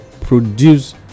produce